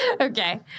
Okay